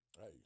hey